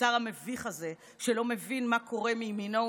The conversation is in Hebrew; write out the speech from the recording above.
לשם כך הוא מוכן למכור את המדינה.